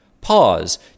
Pause